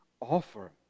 offer